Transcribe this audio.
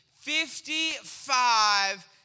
Fifty-five